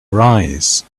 arise